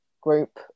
group